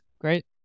Great